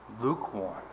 lukewarm